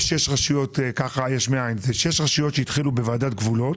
6 רשויות יש מאין אלא אלה 6 רשויות שהתחילו בוועדת גבולות